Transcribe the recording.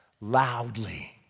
loudly